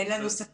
אין לנו ספק.